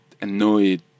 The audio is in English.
annoyed